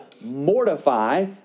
mortify